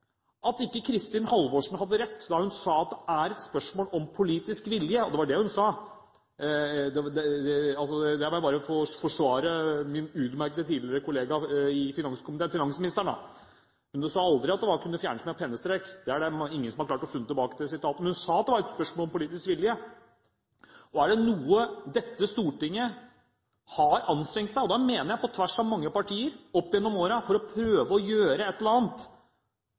betyr ikke at Kristin Halvorsen ikke hadde rett da hun sa det er et spørsmål om politisk vilje. Det var det hun sa. La meg bare forsvare min utmerkede kollega, som også satt i finanskomiteen, den tidligere finansministeren, for hun sa aldri at det kunne fjernes med et pennestrøk – det er ingen som har klart å finne det sitatet. Men hun sa at det var snakk om politisk vilje. Og er det noe dette Stortinget har anstrengt seg for – og da mener jeg på tvers av mange partier opp gjennom årene – så er det å prøve å gjøre et eller annet